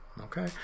Okay